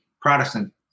Protestant